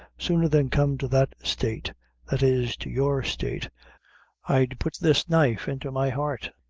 sooner than come to that state that is, to your state i'd put this knife into my heart.